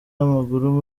w’amaguru